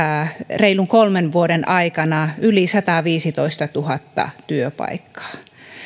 reilun kolmen vuoden aikana yli sataviisitoistatuhatta työpaikkaa